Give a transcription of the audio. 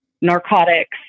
narcotics